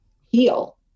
heal